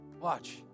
Watch